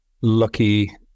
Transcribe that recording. lucky